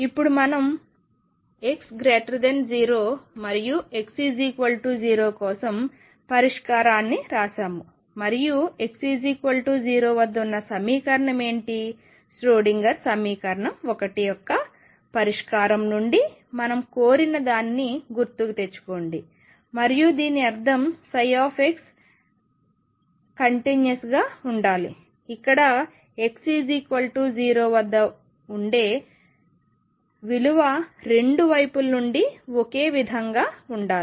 ఇప్పుడుమనం x0 మరియు x0 కోసం పరిష్కారాన్ని వ్రాసాము మరియు x0 వద్ద ఉన్న సమీకరణం ఏమిటి ష్రోడింగర్ సమీకరణం 1 యొక్క పరిష్కారం నుండి మనం కోరిన దానిని గుర్తుకు తెచ్చుకోండి మరియు దీని అర్థం ψ కంటిన్యూస్గా ఉండాలి ఇక్కడ x0 వద్ద ఉండే విలువ రెండు వైపుల నుండి ఒకే విధంగా ఉండాలి